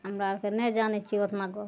हमरा आरके नहि जानै छियै ओतना गो